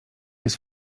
jest